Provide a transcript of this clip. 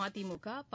மதிமுக பா